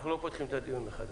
אנחנו לא פותחים את הדיון מחדש.